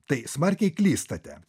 tai smarkiai klystate